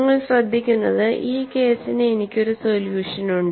നിങ്ങൾ ശ്രദ്ധിക്കുന്നത് ഈ കേസിന് എനിക്ക് ഒരു സൊല്യൂഷൻ ഉണ്ട്